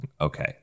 Okay